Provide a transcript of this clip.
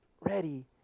ready